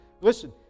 Listen